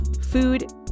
Food